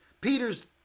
Peter's